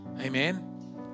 Amen